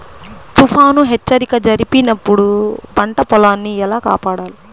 తుఫాను హెచ్చరిక జరిపినప్పుడు పంట పొలాన్ని ఎలా కాపాడాలి?